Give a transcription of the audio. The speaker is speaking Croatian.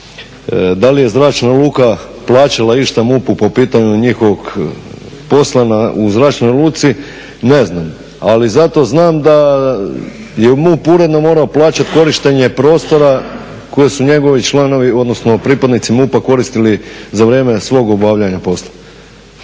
da li je Zračna luka plaćala išta MUP-u po pitanju njihovog posla u zračnoj luci. Ne znam, ali zato znam da je MUP uredno morao plaćati korištenje prostora koje su njegovi članovi odnosno pripadnici MUP-a koristili za vrijeme svog obavljanja posla.